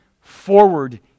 forward